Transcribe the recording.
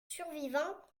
survivants